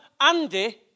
Andy